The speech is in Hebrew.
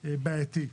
בעייתי.